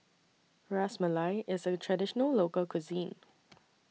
Ras Malai IS A Traditional Local Cuisine